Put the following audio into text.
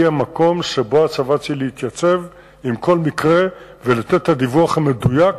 היא המקום שבו הצבא צריך להתייצב עם כל מקרה ולתת את הדיווח המדויק,